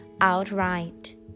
outright